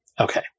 Okay